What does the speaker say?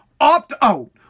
opt-out